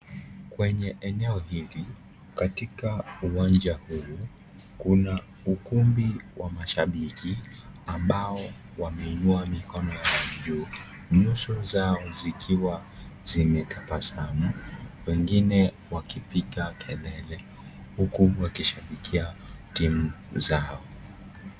Kwenye eneo hili katika uwanja huu, kuna ukumbi wa mashabiki ambao wameinua mikono yao juu. Nyuso zao zikiwa zimetabasamu. Wengine wakipiga kelele huku wakishabikia timu zao.